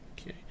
Okay